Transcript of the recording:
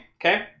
Okay